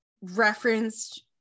referenced